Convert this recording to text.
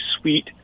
sweet